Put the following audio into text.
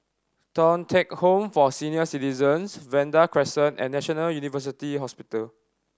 Thong Teck Home for Senior Citizens Vanda Crescent and National University Hospital